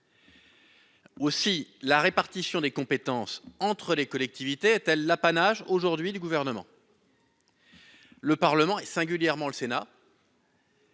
Aussi la répartition des compétences entre les collectivités est-elle l'apanage aujourd'hui du gouvernement. Le Parlement et singulièrement le Sénat.